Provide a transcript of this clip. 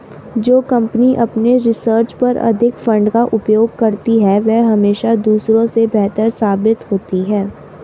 जो कंपनी अपने रिसर्च पर अधिक फंड का उपयोग करती है वह हमेशा दूसरों से बेहतर साबित होती है